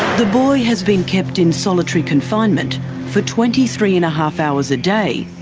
the boy has been kept in solitary confinement for twenty three and a half hours a day,